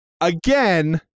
Again